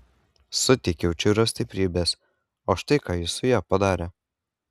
suteikiau čiro stiprybės o štai ką ji su ja padarė